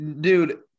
dude